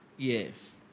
Yes